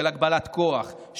של הגבלת כוח,